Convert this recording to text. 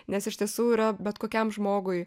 nes iš tiesų yra bet kokiam žmogui